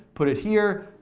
put it here,